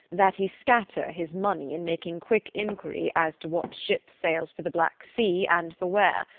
that he scatter his money in making quick inquiry as to what ship sails for the black sea and for where.